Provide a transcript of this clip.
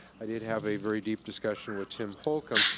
i did have a very deep discussion with tim holcomb,